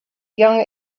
young